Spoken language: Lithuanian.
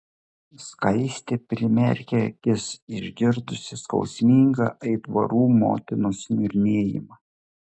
skaistė primerkė akis išgirdusi skausmingą aitvarų motinos niurnėjimą